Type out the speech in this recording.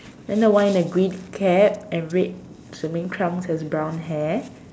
then the one with the green cap and red swimming trunks has brown hair